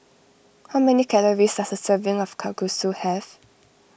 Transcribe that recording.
how many calories does a serving of Kalguksu have